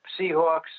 Seahawks